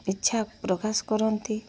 ଇଛା ପ୍ରକାଶ କରନ୍ତି